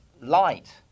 light